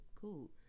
cool